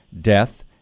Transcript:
death